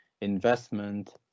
investment